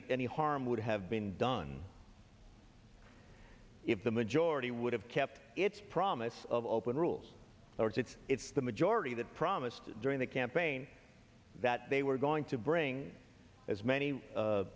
that any harm would have been done if the majority would have kept its promise of open rules or it's it's it's the majority that promised during the campaign that they were going to bring as many